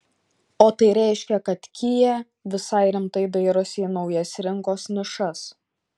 o tai reiškia kad kia visai rimtai dairosi į naujas rinkos nišas